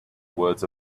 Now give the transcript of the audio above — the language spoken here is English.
words